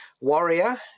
warrior